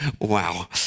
Wow